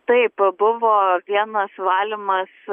taip pabuvo vienas valymas